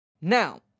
Now